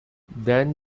then